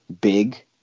big